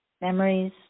memories